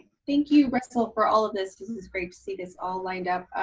thank you, russell, for all of this. this is great to see this all lined up.